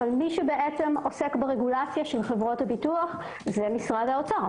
אבל מי שעוסק ברגולציה של חברות הביטוח זה משרד האוצר.